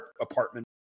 apartment